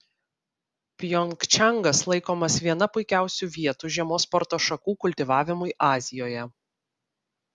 pjongčangas laikomas viena puikiausių vietų žiemos sporto šakų kultivavimui azijoje